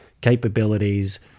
capabilities